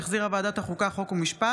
שהחזירה ועדת החוץ והביטחון,